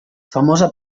famosa